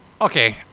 okay